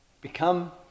become